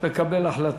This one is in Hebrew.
לקבל החלטה.